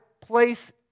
place